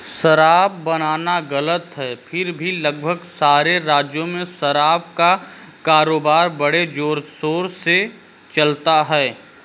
शराब बनाना गलत है फिर भी लगभग सारे राज्यों में शराब का कारोबार बड़े जोरशोर से चलता है